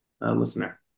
listener